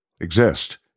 exist